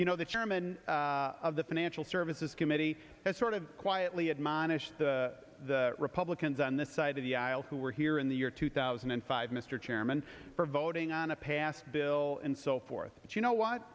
you know the chairman of the financial services committee sort of quietly admonish the republicans on this side of the aisle who were here in the year two thousand and five mr chairman for voting on a passed bill and so forth but you know what